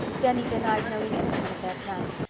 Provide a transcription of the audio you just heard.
denny denied knowing anything of their plans,